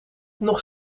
nog